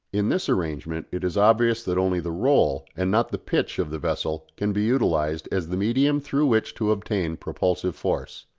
in this arrangement it is obvious that only the roll and not the pitch of the vessel can be utilised as the medium through which to obtain propulsive force.